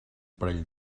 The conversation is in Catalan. parell